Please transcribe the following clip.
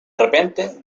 repente